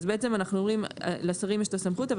אז בעצם אנחנו אומרים לשרים יש את הסמכות אבל